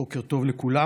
בוקר טוב לכולם.